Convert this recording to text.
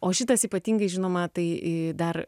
o šitas ypatingai žinoma tai dar